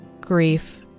grief